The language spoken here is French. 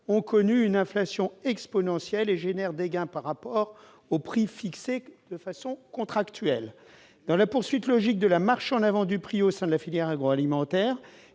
ont connu une inflation exponentielle et génèrent des gains par rapport aux prix fixés de façon contractuelle. Dans la poursuite logique de la marche en avant du prix au sein de la filière agroalimentaire,